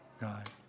god